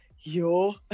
Yo